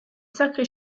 sacré